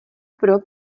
pro